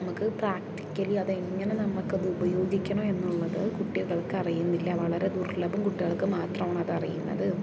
നമുക്ക് പ്രാക്ടിക്കലി അതെങ്ങനെ നമുക്കത് ഉപയോഗിക്കണം എന്നുള്ളത് കുട്ടികൾക്ക് അറിയുന്നില്ല വളരെ ദുർലഭം കുട്ടികൾക്ക് മാത്രമാണ് അത് അറിയുന്നത്